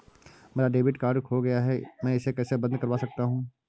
मेरा debit card खो गया है मैं इसे कैसे बंद करवा सकता हूँ?